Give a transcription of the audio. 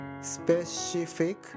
specific